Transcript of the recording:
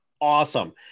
awesome